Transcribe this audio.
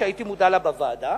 שהייתי מודע לה בוועדה,